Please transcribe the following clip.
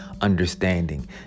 understanding